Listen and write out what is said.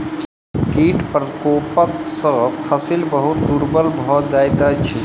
कीट प्रकोप सॅ फसिल बहुत दुर्बल भ जाइत अछि